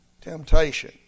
temptation